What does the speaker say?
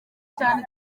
cyane